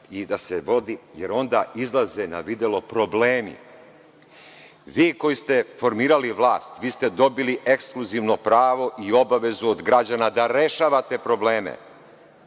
i da se vodi, jer onda izlaze na videlo problemi. Vi koji ste formirali vlast, vi ste dobili ekskluzivno pravo i obavezu od građana da rešavate probleme.